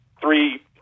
three